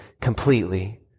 completely